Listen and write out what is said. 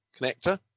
connector